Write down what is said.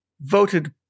voted